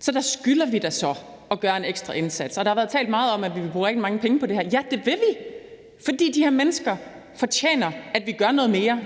Så der skylder vi da at gøre en ekstra indsats. Der har været talt meget om, at vi vil bruge rigtig mange penge på det her. Ja, det vil vi, fordi de her mennesker fortjener, at vi gør noget mere